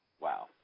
Wow